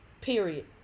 period